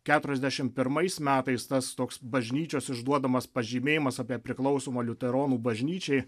keturiasdešimt pirmais metais tas toks bažnyčios išduodamas pažymėjimas apie priklausymą liuteronų bažnyčiai